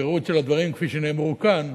בפירוט של הדברים כפי שנאמרו כאן,